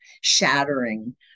shattering